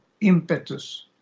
impetus